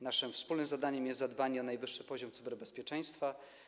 Naszym wspólnym zadaniem jest zadbanie o najwyższy poziom cyberbezpieczeństwa.